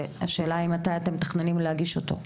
והשאלה היא מתי אתם מתכננים להגיש אותו.